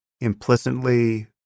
implicitly